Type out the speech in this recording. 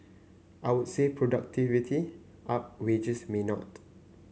I would say productivity up wages may not